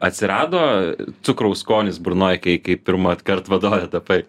atsirado cukraus skonis burnoj kai kai pirmąkart vadove tapai